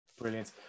brilliant